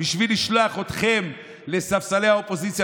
בשביל לשלוח אתכם לספסלי האופוזיציה.